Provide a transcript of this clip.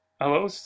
Hello